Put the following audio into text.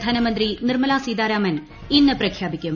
ധനമന്ത്രി നിർമ്മലാ സീതാരാമൻ ഇന്ന് പ്രഖ്യാപിക്കും